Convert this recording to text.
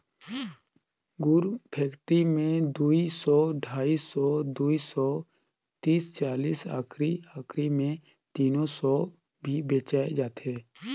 गुर फेकटरी मे दुई सौ, ढाई सौ, दुई सौ तीस चालीस आखिरी आखिरी मे तीनो सौ भी बेचाय जाथे